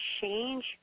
change